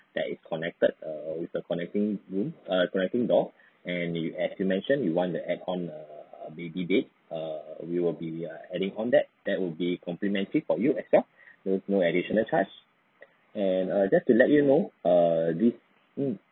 that is connected err with the connecting room err connecting door and you as you mentioned you want to add on a a baby bed err we will be adding on that that will be complimentary for you as well so no additional charge and err just to let you know err this mm